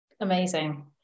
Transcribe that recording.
Amazing